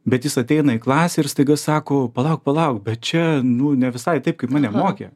bet jis ateina į klasę ir staiga sako palauk palauk bet čia nu ne visai taip kaip mane mokė